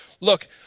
Look